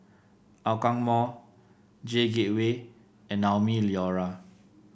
Hougang Mall J Gateway and Naumi Liora